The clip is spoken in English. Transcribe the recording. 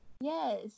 yes